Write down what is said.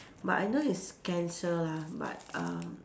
but I know it's cancer lah but um